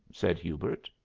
said hubert.